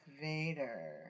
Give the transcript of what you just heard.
Vader